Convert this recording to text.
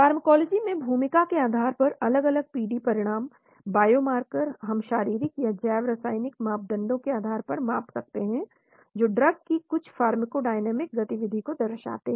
pharmacology में भूमिका के आधार पर अलग अलग पीडी परिणाम बायोमार्कर हम शारीरिक या जैव रासायनिक मापदंडों के आधार पर माप सकते हैं जो ड्रग की कुछ फार्माकोडायनामिक गतिविधि को दर्शाते हैं